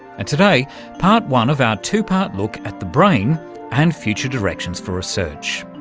and today part one of our two-part look at the brain and future directions for research.